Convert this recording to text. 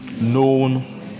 known